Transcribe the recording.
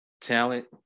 talent